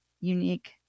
unique